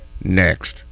next